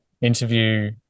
interview